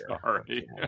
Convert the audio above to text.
Sorry